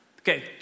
Okay